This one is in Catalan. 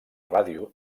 ràdio